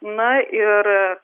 na ir